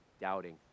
doubting